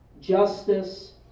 justice